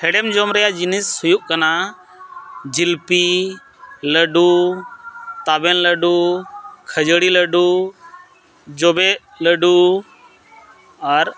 ᱦᱮᱲᱮᱢ ᱡᱚᱢ ᱨᱮᱱᱟᱜ ᱡᱤᱱᱤᱥ ᱦᱩᱭᱩᱜ ᱠᱟᱱᱟ ᱡᱷᱤᱞᱯᱤ ᱞᱟᱹᱰᱩ ᱛᱟᱵᱮᱱ ᱞᱟᱹᱰᱩ ᱠᱷᱟᱹᱡᱟᱹᱲᱤ ᱞᱟᱹᱰᱩ ᱡᱚᱵᱮ ᱞᱟᱹᱰᱩ ᱟᱨ